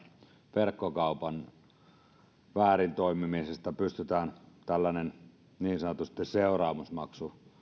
verkkokaupan toimiessa väärin pystytään tällainen seuraamusmaksu